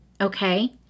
okay